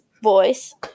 voice